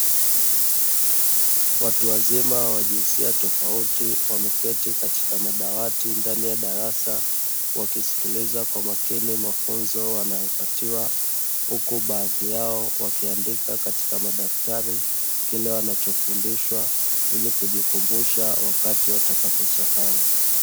Watuwazima wa jinsia tofauti wameketi katika madawati ndani ya darasa wakisikiliza kwa makini mafunzo wanayopatiwa, huku baadhi yao wakiandika katika madaftari kile wanachofundishwa ili kujikumbusha wakati watakaposahau